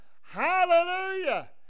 Hallelujah